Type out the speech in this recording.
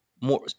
more